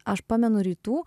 aš pamenu rytų